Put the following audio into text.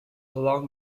along